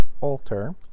alter